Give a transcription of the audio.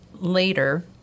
later